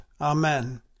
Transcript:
Amen